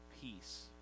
peace